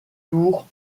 tour